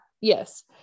Yes